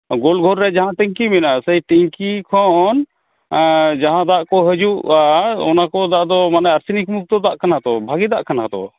ᱜᱳᱞ ᱜᱷᱳᱨ ᱨᱮ ᱡᱟᱦᱟᱸ ᱴᱤᱝᱠᱤ ᱢᱮᱱᱟᱜ ᱥᱮᱭ ᱴᱤᱝᱠᱤ ᱠᱷᱚᱱ ᱡᱟᱦᱟᱸ ᱫᱟᱜ ᱠᱚ ᱦᱤᱡᱩᱜᱼᱟ ᱚᱱᱟ ᱠᱚᱫᱚ ᱫᱟᱜ ᱫᱚ ᱢᱟᱱᱮ ᱟᱨᱥᱮᱱᱤᱠ ᱢᱩᱠᱛᱚ ᱫᱟᱜ ᱠᱟᱱᱟ ᱛᱚ ᱵᱷᱟᱜᱮ ᱫᱟᱜ ᱠᱟᱱᱟ ᱛᱚ